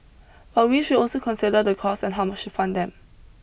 but we should also consider the costs and how much to fund them